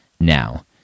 now